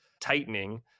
tightening